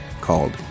called